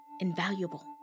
invaluable